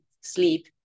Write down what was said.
sleep